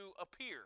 appear